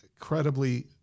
incredibly